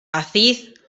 aziz